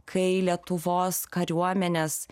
kai lietuvos kariuomenės